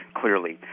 clearly